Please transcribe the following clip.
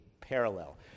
parallel